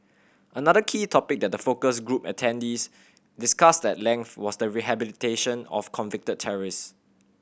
another key topic that the focus group attendees discussed at length was the rehabilitation of convicted terrorist